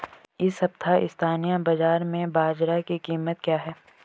इस सप्ताह स्थानीय बाज़ार में बाजरा की कीमत क्या है?